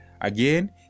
Again